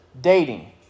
dating